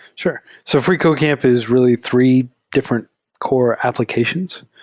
sure. so freecodecamp is really three different core applications.